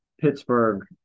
Pittsburgh